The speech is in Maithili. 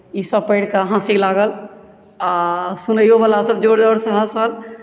ईसभ पढ़ि कऽ हँसी लागल आओर सुनैयोवला सभ जोर जोरसँ हँसल